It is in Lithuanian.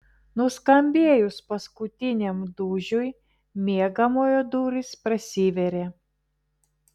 nuskambėjus paskutiniam dūžiui miegamojo durys prasivėrė